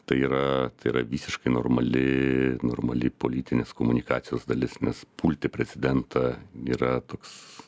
tai yra tai yra visiškai normali normali politinės komunikacijos dalis nes pulti prezidentą yra toks